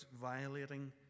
violating